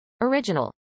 Original